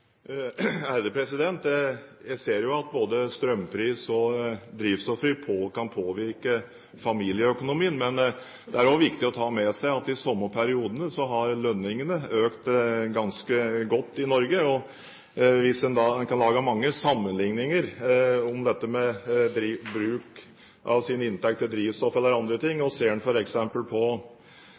Jeg ser jo at både strømpris og drivstoffpris kan påvirke familieøkonomien. Men det er også viktig å ta med seg at i samme periode har lønningene økt ganske godt i Norge. En kan lage mange sammenligninger om dette med bruk av sin inntekt til drivstoff eller andre ting. Og